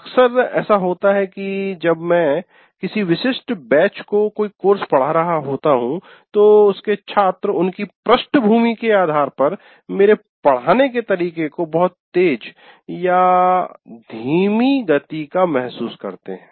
अक्सर ऐसा होता है कि जब मैं किसी विशिष्ट बैच को कोई कोर्स पढ़ा रहा होता हूं तो उसके छात्र उनकी पृष्ठभूमि के आधार पर मेरे पढ़ाने के तरीके को बहुत तेज या धीमी गति का महसूस करते है